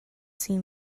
seem